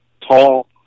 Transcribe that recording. tall